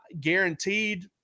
guaranteed